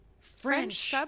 French